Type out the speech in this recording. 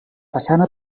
façana